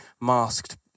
masked